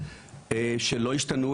שלא השתנו,